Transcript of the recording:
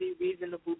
Reasonable